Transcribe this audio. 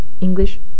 English